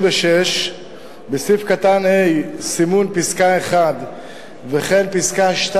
נא לצלצל כי השר, כנראה, יסתפק בהרבה פחות.